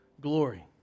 Glory